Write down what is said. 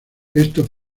esto